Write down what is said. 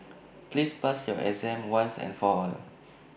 please pass your exam once and for all